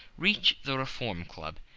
reached the reform club,